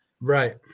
Right